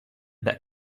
that